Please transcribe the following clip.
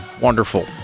wonderful